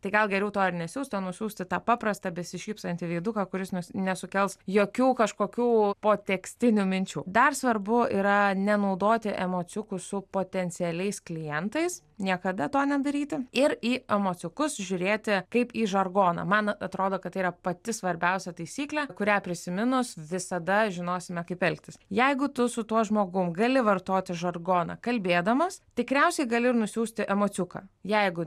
tai gal geriau to ir nesiųst o nusiųsti tą paprastą besišypsantį veiduką kuris nesukels jokių kažkokių potekstinių minčių dar svarbu yra nenaudoti emociukų su potencialiais klientais niekada to nedaryti ir į emociukus žiūrėti kaip į žargoną man atrodo kad tai yra pati svarbiausia taisyklė kurią prisiminus visada žinosime kaip elgtis jeigu tu su tuo žmogum gali vartoti žargoną kalbėdamas tikriausiai gali ir nusiųsti emociuką jeigu